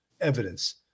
evidence